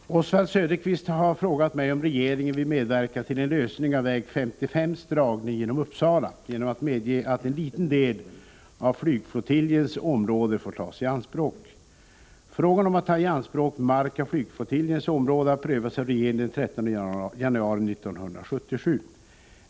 Herr talman! Oswald Söderqvist har frågat mig om regeringen vill medverka till en lösning av väg 55:s dragning genom Uppsala genom att medge att en liten del av flygflottiljens område får tas i anspråk. Frågan om att ta i anspråk mark av flygflottiljens område har prövats av regeringen den 13 januari 1977.